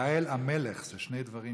אתה מיכאל מלכיאלי, זה אותו שם בשיכול אותיות.